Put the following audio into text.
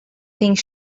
think